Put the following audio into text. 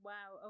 Wow